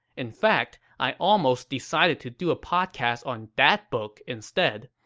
in fact, i almost decided to do a podcast on that book instead,